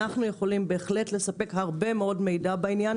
אנחנו יכולים בהחלט לספק הרבה מאוד מידע בעניין